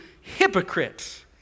hypocrites